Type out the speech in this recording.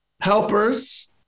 helpers